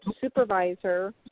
supervisor